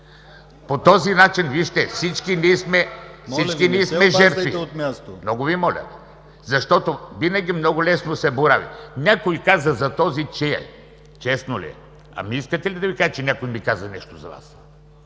Вижте, всички ние сме жертви. Много Ви моля! Винаги много лесно се борави. Някой каза за този че е… Честно ли е? Ами искате ли да Ви кажа, че някой ми каза нещо за Вас?